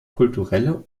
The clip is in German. kulturelle